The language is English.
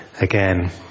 again